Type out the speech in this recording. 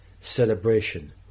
celebration